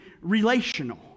relational